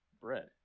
Bread